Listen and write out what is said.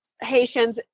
Haitians